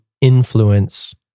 influence